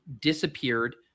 disappeared